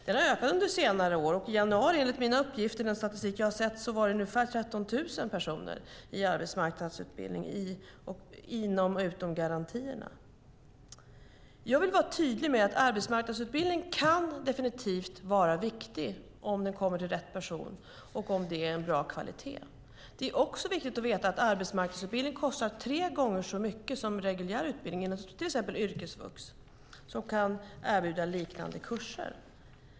Den har ökat under senare år, och enligt den statistik jag har sett var i januari ungefär 13 000 personer i arbetsmarknadsutbildning inom och utom garantierna. Jag vill vara tydlig med att arbetsmarknadsutbildning definitivt kan vara viktig om den kommer till rätt person och är av bra kvalitet. Det är också viktigt att veta att arbetsmarknadsutbildning kostar tre gånger så mycket som reguljär utbildning, inom till exempel yrkesvux, som kan erbjuda liknande kurser.